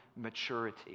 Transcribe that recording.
maturity